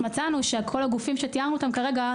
מצאנו שכל הגופים שתוארו כרגע,